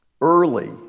Early